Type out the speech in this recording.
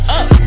up